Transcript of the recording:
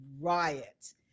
riot